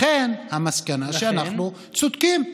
לכן, המסקנה, שאנחנו צודקים.